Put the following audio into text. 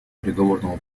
переговорного